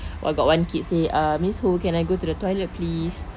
oh got one kid say uh miss hu can I go to the toilet please